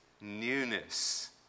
newness